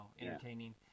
entertaining